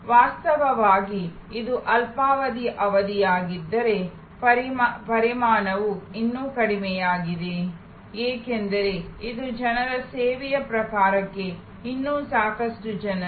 ಆದ್ದರಿಂದ ವಾಸ್ತವವಾಗಿ ಇದು ಅಲ್ಪಾವಧಿಯ ಅವಧಿಯಾಗಿದ್ದರೆ ಪರಿಮಾಣವು ಇನ್ನೂ ಕಡಿಮೆಯಾಗಿದೆ ಏಕೆಂದರೆ ಇದು ಜನರ ಸೇವೆಯ ಪ್ರಕಾರಕ್ಕೆ ಇನ್ನೂ ಸಾಕಷ್ಟು ಜನರು